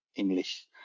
English